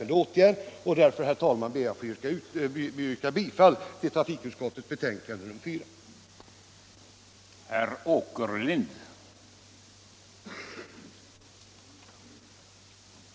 Med det anförda ber jag, herr talman, att få yrka bifall till trafikutskottets hemställan i betänkandet nr 4.